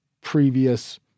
previous